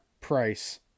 Price